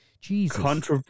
Jesus